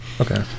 Okay